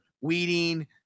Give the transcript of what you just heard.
weeding